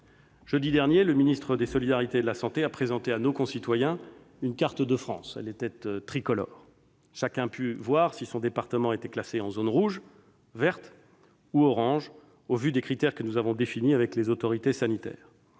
Jeudi dernier, le ministre des solidarités et de la santé a présenté à nos concitoyens une carte de France tricolore. Chacun a pu ainsi savoir si son département était classé en zone rouge, verte ou orange au vu des critères définis avec les autorités sanitaires.